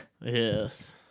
Yes